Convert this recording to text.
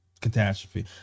catastrophe